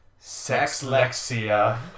Sexlexia